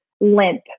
limp